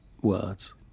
words